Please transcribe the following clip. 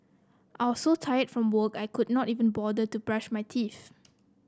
I was so tired from work I could not even bother to brush my teeth